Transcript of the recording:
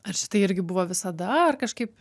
ar šitai irgi buvo visada ar kažkaip